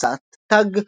הוצאת תג,